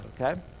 okay